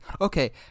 okay